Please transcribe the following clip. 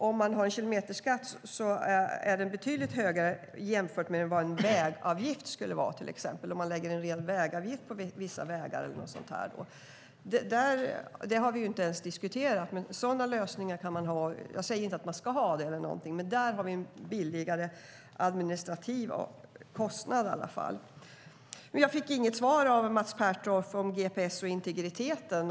Om man har en kilometerskatt är de betydligt högre än de skulle vara om man i stället hade vägavgift på vissa vägar. Det har vi inte diskuterat. Sådana lösningar kan man ha - jag säger inte att man ska ha det - och då är den administrativa kostnaden lägre. Jag fick inget svar av Mats Pertoft på frågan om gps och integritet.